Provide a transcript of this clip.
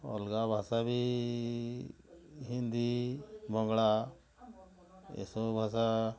ଅଲଗା ଭାଷା ବି ହିନ୍ଦୀ ବଙ୍ଗଳା ଏସବୁ ଭାଷା